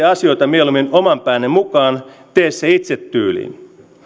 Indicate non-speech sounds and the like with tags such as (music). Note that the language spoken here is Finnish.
(unintelligible) asioita mieluummin oman päänne mukaan tee se itse tyyliin